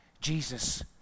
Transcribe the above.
Jesus